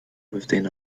within